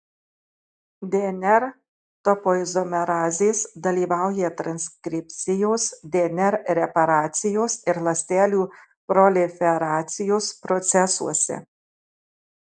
dnr topoizomerazės dalyvauja transkripcijos dnr reparacijos ir ląstelių proliferacijos procesuose